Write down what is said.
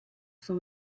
son